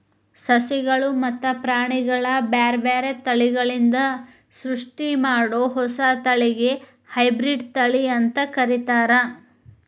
ಸಸಿಗಳು ಮತ್ತ ಪ್ರಾಣಿಗಳ ಬ್ಯಾರ್ಬ್ಯಾರೇ ತಳಿಗಳಿಂದ ಸೃಷ್ಟಿಮಾಡೋ ಹೊಸ ತಳಿಗೆ ಹೈಬ್ರಿಡ್ ತಳಿ ಅಂತ ಕರೇತಾರ